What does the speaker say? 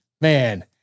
Man